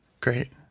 Great